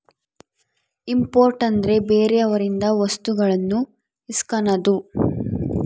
import ಅಂದ್ರೆ ಬೇರೆಯವರಿಂದ ವಸ್ತುಗಳನ್ನು ಇಸ್ಕನದು